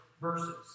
verses